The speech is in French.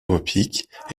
olympiques